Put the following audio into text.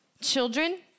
children